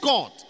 God